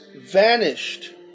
vanished